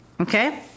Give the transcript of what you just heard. okay